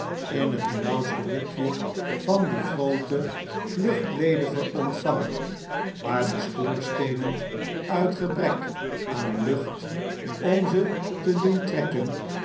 in het benauwdste hoekje van dien grooten luchtledigen ontvanger waar de schoorsteenen uit gebrek aan lucht om ze te doen trekken